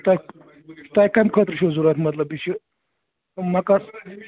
تۄہہِ تۄہہِ کَمہِ خٲطرٕ چھُو ضروٗرت مطلب یہِ چھِ مکان